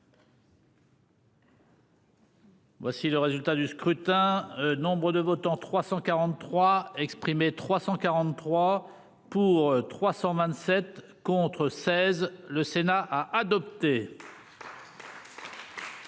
Voici le résultat du scrutin. Nombre de votants 343 exprimés, 343 pour 327 contre 16, le Sénat a adopté. Mes chers